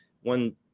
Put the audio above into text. one